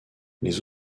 les